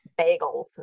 bagels